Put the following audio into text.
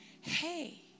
Hey